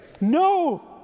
No